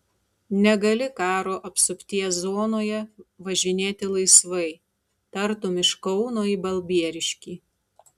negali karo apsupties zonoje važinėti laisvai tartum iš kauno į balbieriškį